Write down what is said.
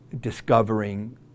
discovering